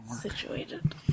situated